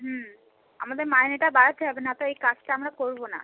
হুম আমাদের মাইনেটা বাড়াতে হবে নয়তো এই কাজটা আমরা করবো না